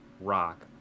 rock